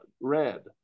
red